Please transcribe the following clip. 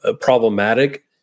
problematic